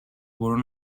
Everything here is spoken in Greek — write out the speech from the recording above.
μπορούν